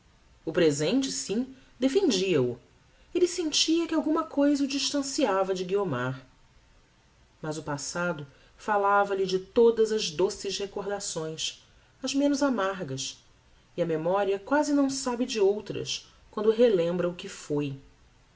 o presente sim defendia o elle sentia que alguma cousa o distanciava de guiomar mas o passado falava-lhe de todas as doces recordações as menos amargas e a memoria quasi não sabe de outras quando relembra o que foi